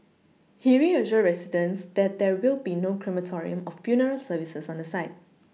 he reassured residents that there will be no crematorium or funeral services on the site